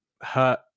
hurt